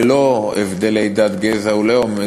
ללא הבדלי דת גזע ולאום,